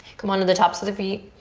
come on to the tops of the feet.